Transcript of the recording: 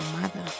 mother